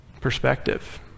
perspective